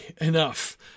enough